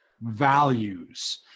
values